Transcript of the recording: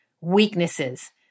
weaknesses